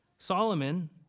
Solomon